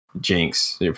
Jinx